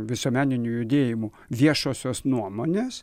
visuomeninių judėjimų viešosios nuomonės